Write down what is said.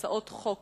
הצעות חוק